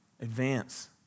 advance